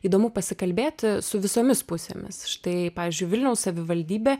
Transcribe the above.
įdomu pasikalbėti su visomis pusėmis štai pavyzdžiui vilniaus savivaldybė